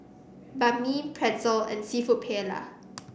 Banh Mi Pretzel and seafood Paella